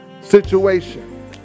situation